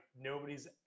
nobody's